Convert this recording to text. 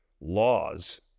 laws